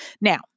Now